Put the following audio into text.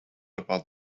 about